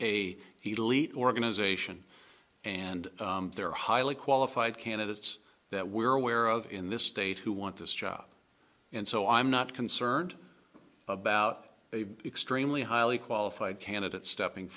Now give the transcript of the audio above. leet organization and they're highly qualified candidates that we're aware of in this state who want this job and so i'm not concerned about a extremely highly qualified candidate stepping